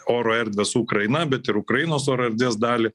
oro erdvę su ukraina bet ir ukrainos oro erdvės dalį